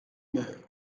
meur